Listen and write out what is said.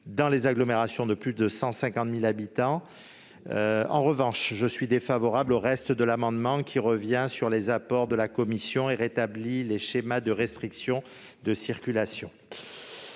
dans les agglomérations de plus de 150 000 habitants. En revanche, je suis défavorable au reste de l'amendement, qui vise à revenir sur les apports de la commission et à rétablir les schémas de restriction de circulation.